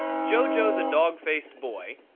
jo-jo, the dog-faced boy,